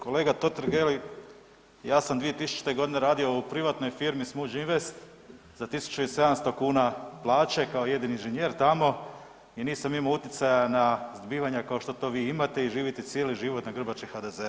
Kolega Totgergeli, ja sam 2000.g. radio u privatnoj firmi SMUĐ-INVEST za 1.700 kuna plaće kao jedini inženjer tamo i nisam imao utjecaja na zbivanja kao što to vi imate i živite cijeli život na grbači HDZ-a.